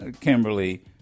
Kimberly